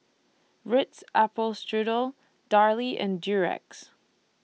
Ritz Apple Strudel Darlie and Durex